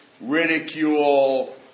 Ridicule